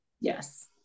Yes